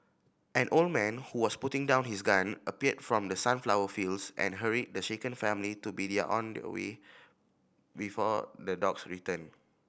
an old man who was putting down his gun appeared from the sunflower fields and hurried the shaken family to be on their way before the dogs return